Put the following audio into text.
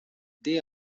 they